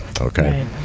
Okay